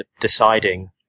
deciding